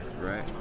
right